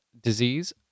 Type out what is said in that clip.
disease